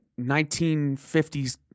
1950s